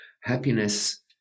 happiness